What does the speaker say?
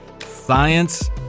Science